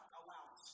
allowed